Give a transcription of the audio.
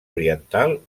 oriental